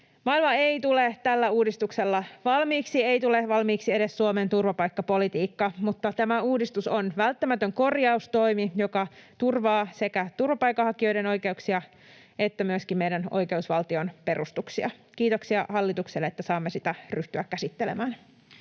Maailma ei tule tällä uudistuksella valmiiksi, ei tule valmiiksi edes Suomen turvapaikkapolitiikka, mutta tämä uudistus on välttämätön korjaustoimi, joka turvaa sekä turvapaikanhakijoiden oikeuksia että myöskin meidän oikeusvaltion perustuksia. Kiitoksia hallitukselle, että saamme sitä ryhtyä käsittelemään.